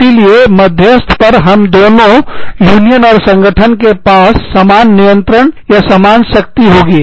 इसीलिए मध्यस्थ पर हम दोनों यूनियन और संगठन के पास समान नियंत्रण या समान शक्ति होगी